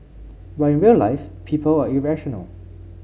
but in real life people are irrational